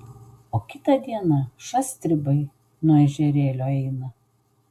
o kitą dieną šast stribai nuo ežerėlio eina